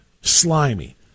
slimy